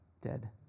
dead